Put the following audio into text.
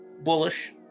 bullish